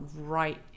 right